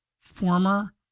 former